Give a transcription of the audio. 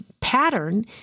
pattern